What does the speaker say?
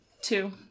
two